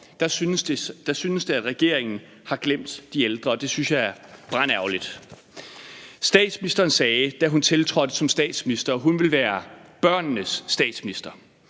det, som om regeringen har glemt de ældre, og det synes jeg er brandærgerligt. Kl. 14:59 Statsministeren sagde, da hun tiltrådte som statsminister, at hun ville være børnenes statsminister.